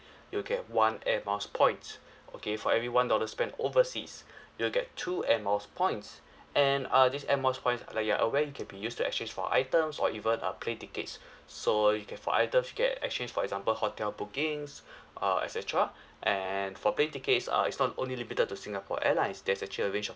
you'll get one air miles points okay for every one dollar spent overseas you'll get two airmiles points and uh this airmiles points like you're aware it can be used to exchange for items or even a plane tickets so you can for items you get exchange for example hotel bookings uh etcetera and for plane tickets uh it's not only limited to Singapore Airlines there's actually a range of